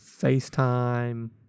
FaceTime